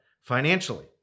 financially